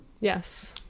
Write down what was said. Yes